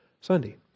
Sunday